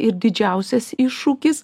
ir didžiausias iššūkis